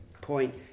point